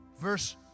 Verse